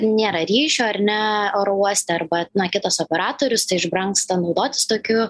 nėra ryšio ar ne oro uoste arba na kitas operatorius tai išbrangsta naudotis tokiu